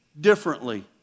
differently